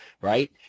right